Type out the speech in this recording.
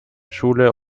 schule